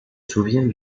souviens